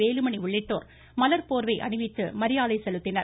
வேலுமணி உள்ளிட்டோர் மலர் போர்வை அணிவித்து மரியாதை செலுத்தினர்